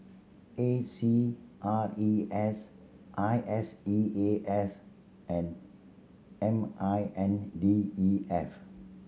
A C R E S I S E A S and M I N D E F